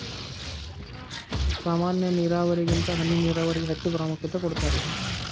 ಸಾಮಾನ್ಯ ನೇರಾವರಿಗಿಂತ ಹನಿ ನೇರಾವರಿಗೆ ಹೆಚ್ಚ ಪ್ರಾಮುಖ್ಯತೆ ಕೊಡ್ತಾರಿ